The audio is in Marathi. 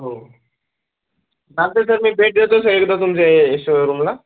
हो बाकी सर मी भेट देतो स एकदा तुमच्या हे शोरूमला